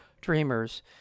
dreamers